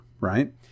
right